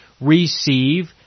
receive